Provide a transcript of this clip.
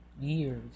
years